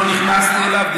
זה ויכוח אחר שלא נכנסתי אליו.